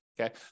Okay